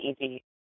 easy